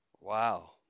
Wow